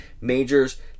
majors